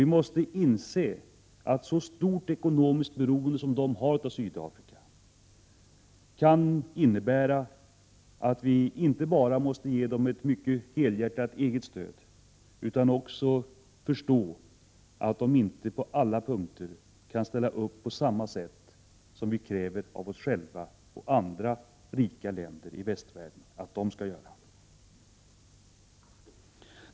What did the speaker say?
Vi måste inse att deras stora ekonomiska beroende av Sydafrika kan innebära att vi inte bara måste ge dem ett mycket helhjärtat stöd utan också förstå att de inte på alla punkter kan ställa upp på samma sätt som vi kräver av oss själva och av andra rika länder i västvärlden.